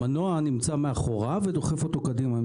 המנוע נמצא מאחוריו ודוחף אותו קדימה.